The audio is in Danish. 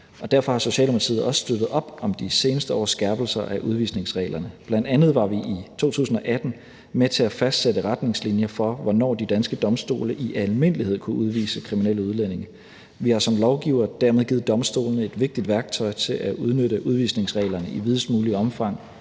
derfor har Socialdemokratiet også støttet op om de seneste års skærpelser af udvisningsreglerne. Bl.a. var vi i 2018 med til at fastsætte retningslinjer for, hvornår de danske domstole i almindelighed kunne udvise kriminelle udlændinge. Vi har som lovgivere dermed givet domstolene et vigtigt værktøj til at udnytte udvisningsreglerne i videst muligt omfang